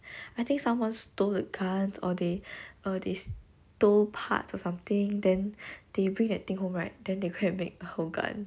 I think someone stole the guns or they or they stole parts of something then they bring that thing home right then they go and make a whole gun